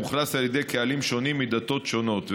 מאוכלס על ידי קהלים שונים מדתות שונות,